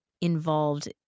involved